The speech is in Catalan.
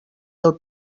del